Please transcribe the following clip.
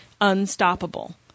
Unstoppable